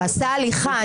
הוא עשה הליכה.